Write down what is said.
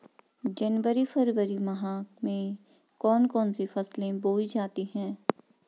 जनवरी फरवरी माह में कौन कौन सी फसलें बोई जाती हैं?